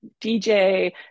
DJ